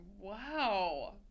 wow